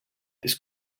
this